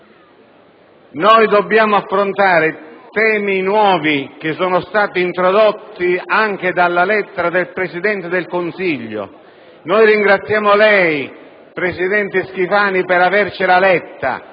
Noi dobbiamo affrontare temi nuovi, che sono stati introdotti anche dalla lettera del Presidente del Consiglio. Ringraziamo lei, presidente Schifani, per avercela letta,